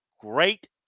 great